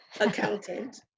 accountant